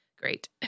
great